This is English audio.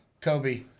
Kobe